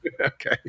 Okay